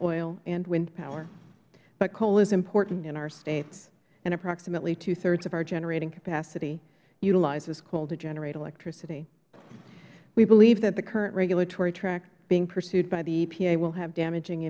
oil and wind power but coal is important in our states and approximately twothirds of our generating capacity utilizes coal to generate electricity we believe that the current regulatory track being pursued by the epa will have damaging